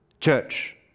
church